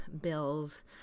bills